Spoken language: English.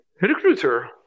Recruiter